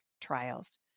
trials